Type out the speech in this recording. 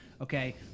Okay